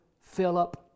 Philip